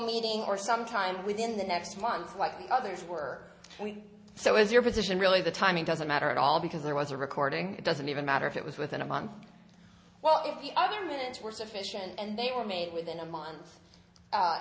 meeting or sometime within the next month like the others were we so is your position really the timing doesn't matter at all because there was a recording it doesn't even matter if it was within a month well if you other minutes were sufficient and they were made within a month